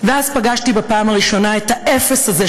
ואז פגשתי בפעם הראשונה את האפס הזה,